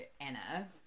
Anna